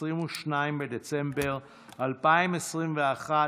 22 בדצמבר 2021,